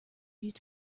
used